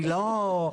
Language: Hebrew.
אני לא.